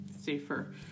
safer